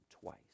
twice